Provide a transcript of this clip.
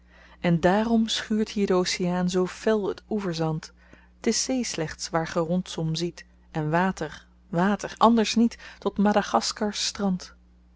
en dààrom schuurt hier de oceaan zoo fel het oeverzand t is zee slechts waar ge rondsom ziet en water water anders niet tot madagaskars strand